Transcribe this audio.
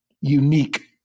unique